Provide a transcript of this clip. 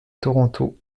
toronto